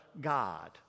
God